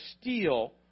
steal